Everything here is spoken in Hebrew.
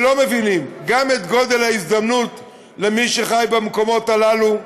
שלא מבינים את גודל ההזדמנות למי שחי במקומות הללו,